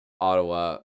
Ottawa